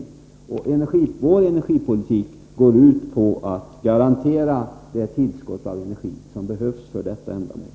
Det tror vi är energipolitikens huvuduppgift, och vår energipolitik går ut på att garantera det tillskott av energi som behövs för detta ändamål.